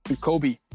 Kobe